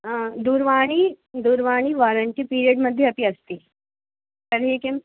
आं दूरवाणी दूरवाणी वारन्टी पीर्येड् मध्ये अपि अस्ति तर्हि किम्